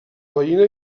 veïna